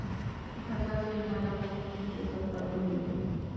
फसल से हमन ला कोन कोन से पोषक तत्व मिलथे?